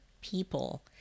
people